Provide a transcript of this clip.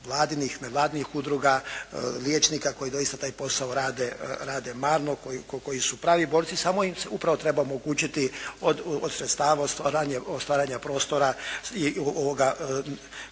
vladinih, ne vladinih udruga liječnika koji doista taj posao rade, rade marno, koji su pravi borci, samo im upravo treba omogućiti od sredstava, od stvaranja, stvaranja